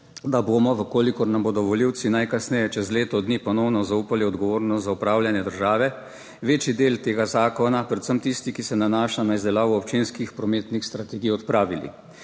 da bomo, v kolikor nam bodo volivci najkasneje čez leto dni ponovno zaupali odgovornost za upravljanje države, večji del tega zakona, predvsem tisti, ki se nanaša na izdelavo občinskih prometnih strategij, odpravili.